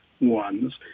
ones